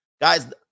Guys